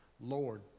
Lord